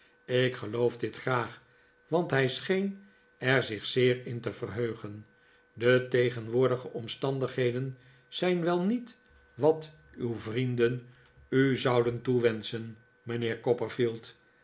ik geloof dit graag want hij scheen er zich zeer in te verheugen de tegenwoordige omstandigheden zijn wel niet wat uw vrienden u zouden